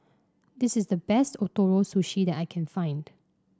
this is the best Ootoro Sushi that I can find